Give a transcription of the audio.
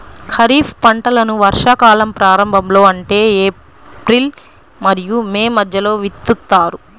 ఖరీఫ్ పంటలను వర్షాకాలం ప్రారంభంలో అంటే ఏప్రిల్ మరియు మే మధ్యలో విత్తుతారు